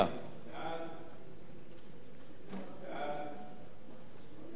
סעיפים 1